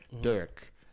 Dirk